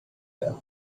them